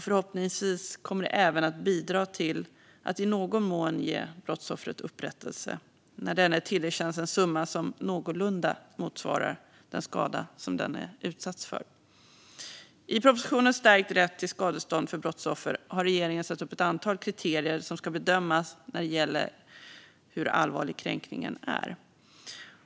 Förhoppningsvis kommer det även att bidra till att i någon mån ge brottsoffret upprättelse när denne tillerkänns en summa som någorlunda motsvarar den skada som denne utsatts för. I propositionen Stärkt rätt till skadestånd för brottsoffer har regeringen satt upp ett antal kriterier som ska bedömas när det gäller hur allvarlig kränkningen är.